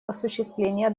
осуществление